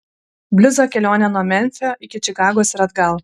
bliuzo kelionė nuo memfio iki čikagos ir atgal